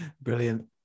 brilliant